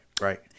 right